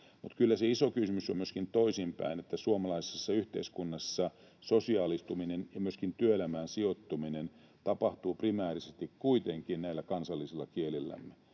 mutta kyllä se iso kysymys on myöskin toisinpäin, että suomalaisessa yhteiskunnassa sosiaalistuminen ja myöskin työelämään sijoittuminen tapahtuvat primäärisesti kuitenkin näillä kansallisilla kielillämme.